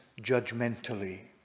judgmentally